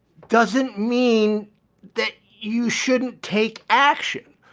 doesn't mean that you shouldn't take action.